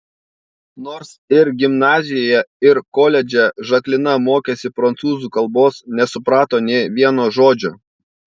nors ir gimnazijoje ir koledže žaklina mokėsi prancūzų kalbos nesuprato nė vieno žodžio